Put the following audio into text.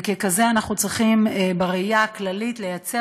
וככזה אנחנו צריכים בראייה הכללית לייצר